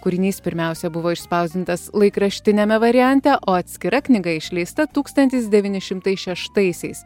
kūrinys pirmiausia buvo išspausdintas laikraštiniame variante o atskira knyga išleista tūkstantis devyni šimtai šeštaisiais